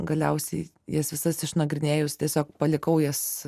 galiausiai jas visas išnagrinėjus tiesiog palikau jas